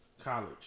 college